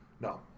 No